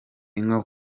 inka